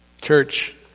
Church